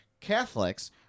Catholics